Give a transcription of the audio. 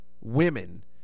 women